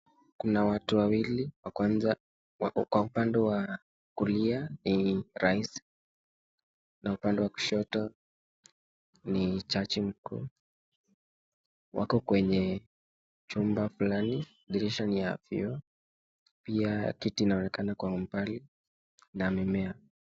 Kuna watu wawili, upande wa kulia ni Raisi na upande wa kushoto ni jaji mkuu wako kwenye chumba fulani dirisha ni ya vioo pia kiti inaonekana kwa umbali na mimea.